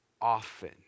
often